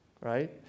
right